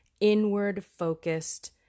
inward-focused